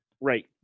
Right